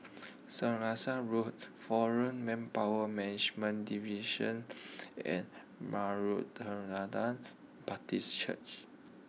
Road Foreign Manpower Management Division and Baptist Church